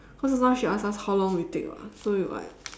cause just now she ask us how long we take [what] so it might